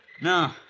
No